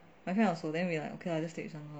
my friend also then we like okay just take this [one] lor